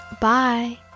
Bye